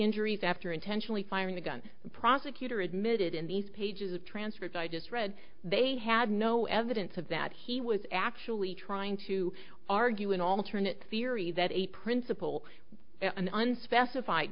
injuries after intentionally firing the gun the prosecutor admitted in these pages a transcript i just read they had no evidence of that he was actually trying to argue an alternate theory that a principal an unspecified